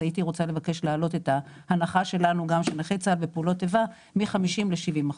אז הייתי מבקשת גם להעלות את ההנחה לנכי צה"ל ופעולות איבה מ-50% ל-70%.